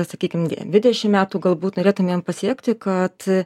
sakykim dvidešim metų galbūt norėtumėm pasiekti kad